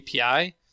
API